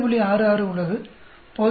66 உள்ளது பொது 10